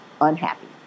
unhappy